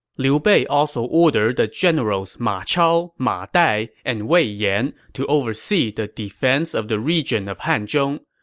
liu bei also ordered the generals ma chao, ma dai, and wei yan to oversee the defense of the region of hanzhong,